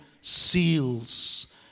seals